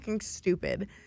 stupid